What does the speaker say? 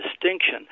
distinction